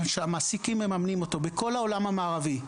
שהמעסיקים מממנים אותו בכל העולם המערבי.